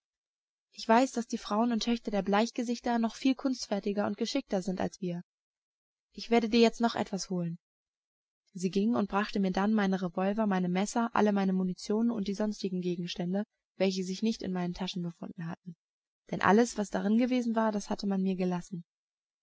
ich weiß daß die frauen und töchter der bleichgesichter noch viel kunstfertiger und geschickter sind als wir ich werde dir jetzt noch etwas holen sie ging und brachte mir dann meine revolver mein messer alle meine munition und die sonstigen gegenstände welche sich nicht in meinen taschen befunden hatten denn alles was darin gewesen war das hatte man mir gelassen